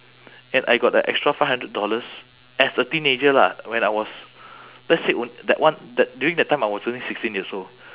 and I got a extra five hundred dollars as a teenager lah when I was let's say when that one that during that time I was only sixteen years old